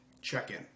check-in